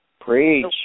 Preach